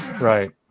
Right